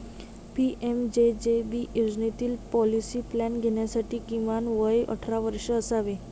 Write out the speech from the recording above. PMJJB योजनेतील policy plan घेण्यासाठी किमान वय अठरा वर्षे असावे